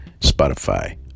Spotify